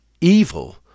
evil